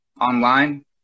online